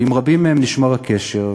ועם רבים מהם נשמר הקשר.